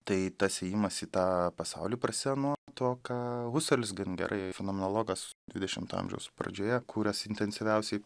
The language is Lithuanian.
tai tas ėjimas į tą pasaulį prasia nuo to ką huselis gan gerai fenomenologas dvidešimto amžiaus pradžioje kūręs intensyviausiai